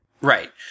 Right